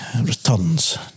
Returns